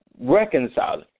reconciling